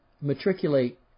matriculate